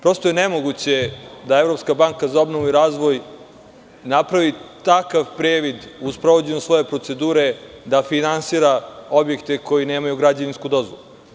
Prosto je nemoguće da Evropska banka za obnovu i razvoj napravi takav privid u sprovođenju svoje procedure da finansira objekte koji nemaju građevinsku dozvolu.